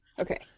Okay